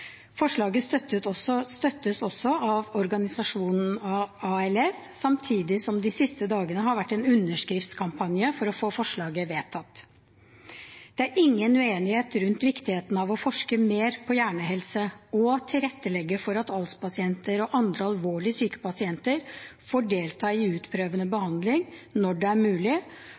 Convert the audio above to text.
støttes også av organisasjonen ALS, samtidig som det de siste dagene har vært en underskriftskampanje for å få forslaget vedtatt. Det er ingen uenighet rundt viktigheten av å forske mer på hjernehelse og tilrettelegge for at ALS-pasienter og andre alvorlig syke pasienter får delta i utprøvende behandling når det er mulig,